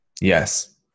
Yes